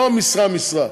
לא משרה-משרה,